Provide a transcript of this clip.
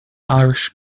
irish